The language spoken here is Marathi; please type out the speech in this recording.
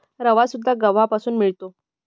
रवासुद्धा गव्हापासून मिळतो